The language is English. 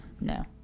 No